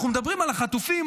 אנחנו מדברים על החטופים,